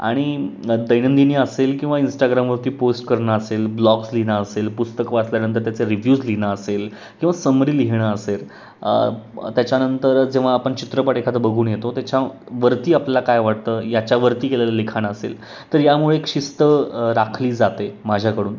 आणि दैनंदिनी असेल किंवा इंस्टाग्रामवरती पोस्ट करणं असेल ब्लॉग्स लिहिणं असेल पुस्तकं वाचल्यानंतर त्याचे रिव्ह्यूज लिहिणं असेल किंवा समरी लिहिणं असेल त्याच्यानंतर जेव्हा आपण चित्रपट एखादा बघून येतो त्याच्यावरती आपल्याला काय वाटतं याच्यावरती केलेलं लिखाण असेल तर यामुळे एक शिस्त राखली जाते माझ्याकडून